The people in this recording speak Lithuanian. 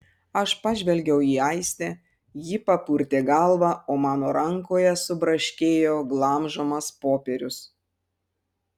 aš pažvelgiau į aistę ji papurtė galvą o mano rankoje subraškėjo glamžomas popierius